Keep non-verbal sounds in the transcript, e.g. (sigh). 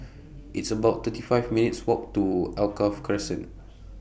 It's about thirty five minutes' Walk to Alkaff Crescent (noise)